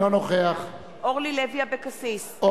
אינו נוכח אורלי לוי אבקסיס,